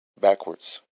backwards